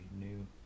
new